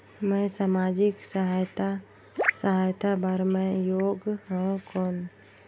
मैं समाजिक सहायता सहायता बार मैं योग हवं कौन?